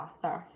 sorry